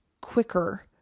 quicker